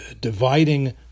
dividing